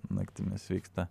naktimis vyksta